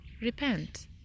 Repent